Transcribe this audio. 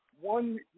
one